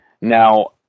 Now